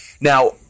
Now